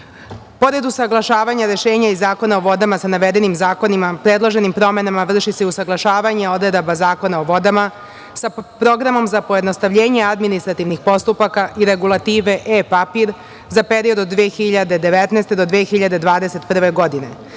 usaglašavanja rešenja i Zakona o vodama sa navedenim zakonima predloženim promenama vrši se usaglašavanje odredaba Zakona o vodama sa programom za pojednostavljenje administrativnih postupaka i regulative e-papir za period od 2019. do 2021. godine